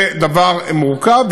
זה דבר מורכב.